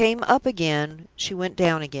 she came up again she went down again.